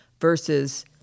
versus